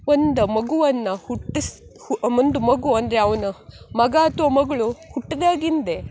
ಒಂದು ಮಗುವನ್ನು ಹುಟ್ಟಿಸ್ ಹು ಒಂದು ಮಗು ಅಂದರೆ ಅವ್ನ ಮಗ ಅಥ್ವಾ ಮಗಳು ಹುಟ್ದಾಗಿಂದ